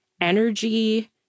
energy